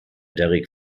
derrick